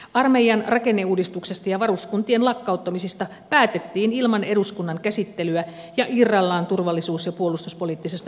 armeijan rakenneuudistuksesta ja varuskuntien lakkauttamisista päätettiin ilman eduskunnan käsittelyä ja irrallaan turvallisuus ja puolustuspoliittisesta selonteosta